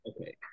Okay